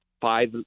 five